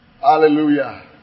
Hallelujah